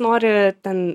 nori ten